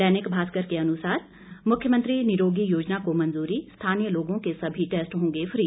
दैनिक भास्कर के अनुसार मुख्यमंत्री निरोगी योजना को मंजूरी स्थानीय लोगों के सभी टेस्ट होंगे फ्री